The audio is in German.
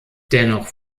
dennoch